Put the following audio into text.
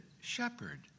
shepherd